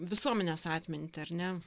visuomenės atmintį ar ne